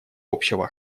общего